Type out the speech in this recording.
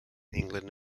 england